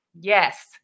Yes